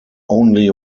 only